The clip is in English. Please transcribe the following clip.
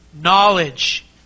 Knowledge